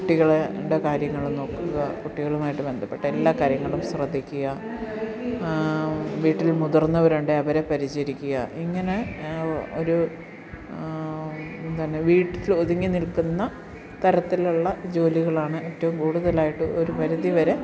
കുട്ടികളുടെ കാര്യങ്ങൾ നോക്കുക കുട്ടികളുമായിട്ട് ബന്ധപ്പെട്ട എല്ലാ കാര്യങ്ങളും ശ്രദ്ധിക്കുക വീട്ടിൽ മുതിർന്നവരുണ്ടെങ്കിൽ അവരെ പരിചരിക്കുക ഇങ്ങനെ ഒരു ഇത് തന്നെ വീട്ടിൽ ഒതുങ്ങി നിൽക്കുന്ന തരത്തിലുള്ള ജോലികളാണ് ഏറ്റവും കൂടുതലായിട്ടും ഒരു പരിധി വരെ